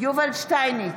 יובל שטייניץ,